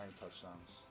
touchdowns